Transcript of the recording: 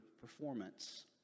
performance